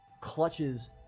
clutches